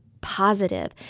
positive